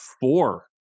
Four